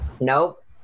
Nope